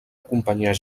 acompanyar